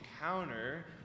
encounter